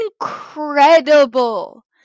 Incredible